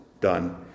done